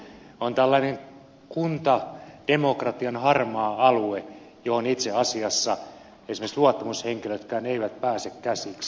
on tällainen kuntademokratian harmaa alue johon itse asiassa esimerkiksi luottamushenkilötkään eivät pääse käsiksi